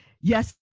Yes